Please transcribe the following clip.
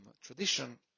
tradition